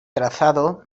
trazado